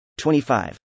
25